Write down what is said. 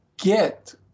get